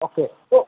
okay તો